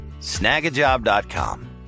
snagajob.com